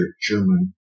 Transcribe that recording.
German